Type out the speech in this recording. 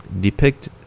depict